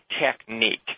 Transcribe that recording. technique